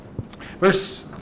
Verse